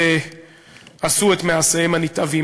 ועשו את מעשיהם הנתעבים.